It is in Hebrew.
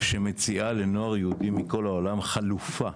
שמציעה לנוער יהודי מכל העולם חלופה